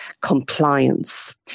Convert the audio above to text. compliance